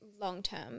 long-term